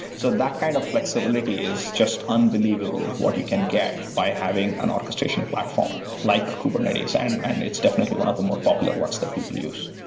so that kind of flexibility is just unbelievable what you can get by having an orchestration platform like kubernetes, and it's definitely one of the more popular ones that people use.